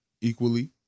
equally